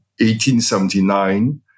1879